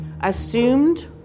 assumed